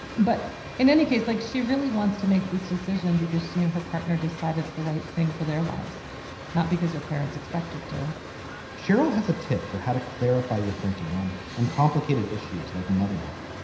but in any case like she really wants to make this decision because she and her partner decide it's the right thing for their lives not because their parents expected to cheryl has a tip for how to clarify your thinking on uncomplicated issues like motherhood.